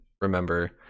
remember